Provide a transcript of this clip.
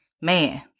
man